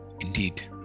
indeed